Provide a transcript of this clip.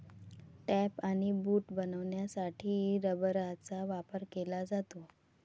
tape आणि boot बनवण्यासाठी रबराचा वापर केला जातो